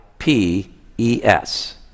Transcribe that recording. P-E-S